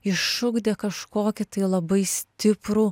išugdė kažkokį tai labai stiprų